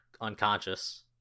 unconscious